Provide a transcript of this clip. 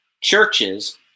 churches